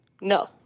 No